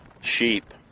sheep